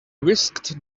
whisked